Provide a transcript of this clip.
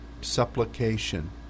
supplication